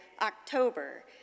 October